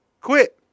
quit